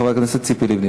חברת הכנסת ציפי לבני.